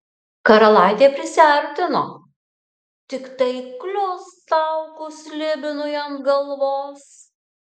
karalaitė prisiartino tiktai kliust taukus slibinui ant galvos